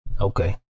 Okay